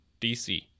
DC